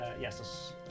Yes